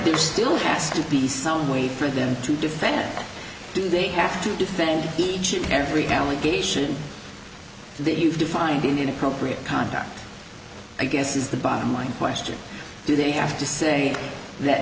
there still has to be someway for them to defend do they have to defend each and every allegation that you've defined in inappropriate conduct i guess is the bottom line question do they have to say that